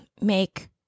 make